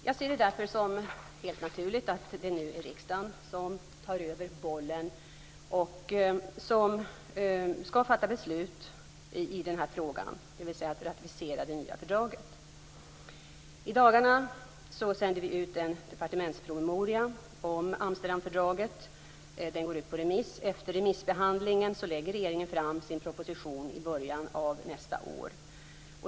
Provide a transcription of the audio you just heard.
Jag ser det därför som helt naturligt att det nu är riksdagen som tar över bollen och skall fatta beslut om att ratificera det nya fördraget. I dagarna sänder vi ut en departementspromemoria om Amsterdamfördraget på remiss. Efter remissbehandlingen lägger regeringen fram sin proposition i början av nästa år.